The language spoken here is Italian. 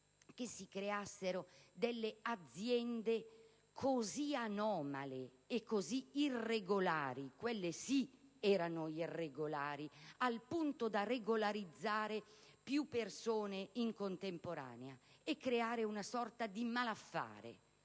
che si creassero delle aziende così anomale ed irregolari - quelle sì, erano irregolari - al punto da regolarizzare più persone in contemporanea e creare una sorta di lavoro